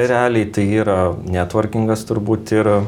realiai tai yra netvarkingas turbūt ir